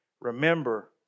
Remember